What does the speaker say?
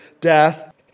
death